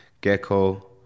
Gecko